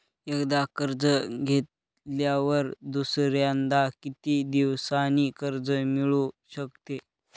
एकदा कर्ज घेतल्यावर दुसऱ्यांदा किती दिवसांनी कर्ज मिळू शकते?